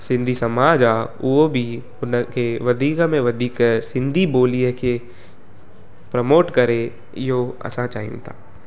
सिंधी समाज आहे उओ बि हुन खे वधीक में वधीक सिंधी ॿोलीअ खे प्रमोट करे इहो असां चाहियूं था